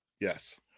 yes